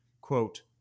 Quote